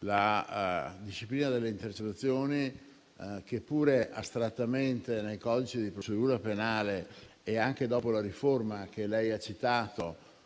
la disciplina delle intercettazioni, astrattamente, nel codice di procedura penale e anche dopo la riforma che l'interrogante